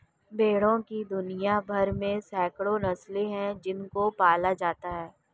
भेड़ों की दुनिया भर में सैकड़ों नस्लें हैं जिनको पाला जाता है